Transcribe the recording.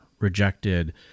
rejected